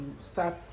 start